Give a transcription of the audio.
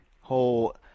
whole